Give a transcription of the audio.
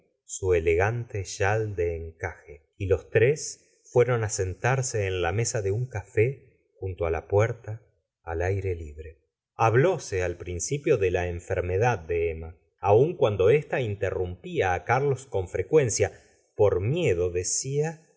su elegante chal de encaje y los tres fueron á sentarse en la mesa de un café junto á la puerta al aire libre hablóse al principio de la enfermedad de emma aun cuando ésta interrumpía á carlos con frecuencia por miedo decía